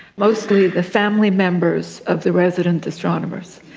mostly the family members of the resident astronomers,